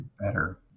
better